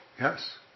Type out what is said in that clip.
yes